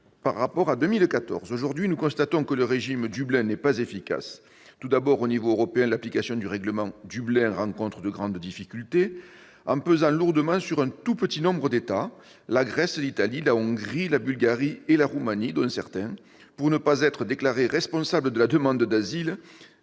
plus qu'en 2014. Aujourd'hui nous constatons que le régime Dublin n'est pas efficace. Tout d'abord, au niveau européen, l'application du règlement Dublin rencontre de grandes difficultés en pesant lourdement sur un tout petit nombre d'États- la Grèce, l'Italie, la Hongrie, la Bulgarie et la Roumanie -, dont certains, pour ne pas être déclarés responsables de la demande d'asile,